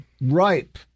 ripe